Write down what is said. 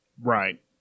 Right